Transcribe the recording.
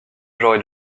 j’aurais